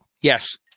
Yes